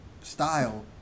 style